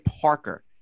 Parker